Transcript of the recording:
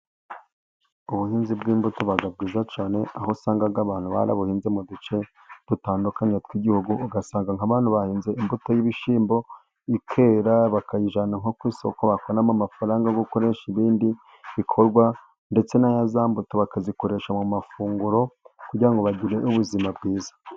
Ubuhinzi bw'imbuto buba bwiza cyane, aho usanga abantu barabuhinze mu duce dutandukanye tw'Igihugu. Ugasanga nk'abantu bahinze imbuto y'ibishyimbo ikera bakayijyana nko ku isoko, bakabonamo amafaranga yo gukoresha ibindi bikorwa, ndetse na za mbuto bakazikoresha mu mafunguro kugira ngo bagire ubuzima bwiza.